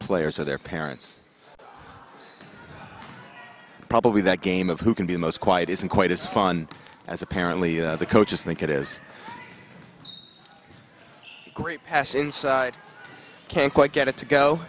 players or their parents probably that game of who can be the most quiet isn't quite as fun as apparently the coaches think it is a great pass inside can't quite get it to go